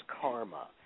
karma